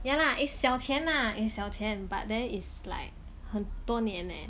ya lah it's 小钱 lah is 小钱 but then is like 很多年 leh